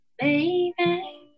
baby